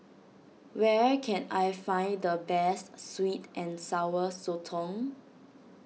where can I find the best Sweet and Sour Sotong